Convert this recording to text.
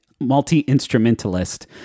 multi-instrumentalist